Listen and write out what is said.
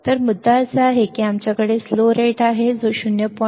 तर मुद्दा असा आहे की आमच्याकडे स्लो रेट आहे जो 0